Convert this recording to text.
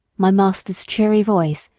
my master's cheery voice,